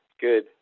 good